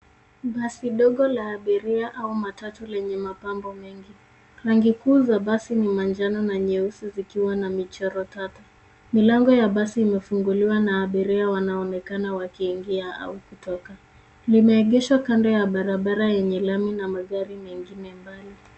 Basi dogo la abiria au matatu lenye mapambo mengi. Rangi kuu za basi ni manjano na nyeupe vikiwa na michoro tatu. Milango ya basi imefunguliwa na abiria wanaonekana wakiingia au kutoka. Limeegeshwa kando ya barabara yenye lami na magari mengine mbali.